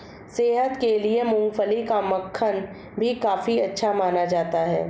सेहत के लिए मूँगफली का मक्खन भी काफी अच्छा माना जाता है